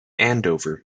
andover